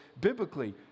biblically